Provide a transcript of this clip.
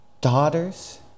Daughters